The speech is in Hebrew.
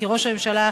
כי ראש הממשלה,